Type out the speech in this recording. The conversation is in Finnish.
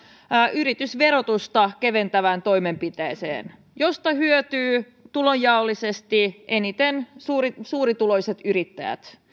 yritysverotusta keventävään toimenpiteeseen josta hyötyvät tulonjaollisesti eniten suurituloiset yrittäjät